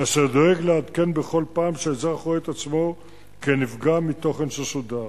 אשר דואג לעדכן בכל פעם שאזרח רואה את עצמו כנפגע מתוכן ששודר.